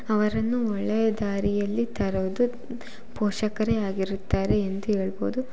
ಅವರನ್ನು ಒಳ್ಳೆಯ ದಾರಿಯಲ್ಲಿ ತರೋದು ಪೋಷಕರೇ ಆಗಿರುತ್ತಾರೆ ಎಂದು ಹೇಳ್ಬೋದು